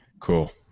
Cool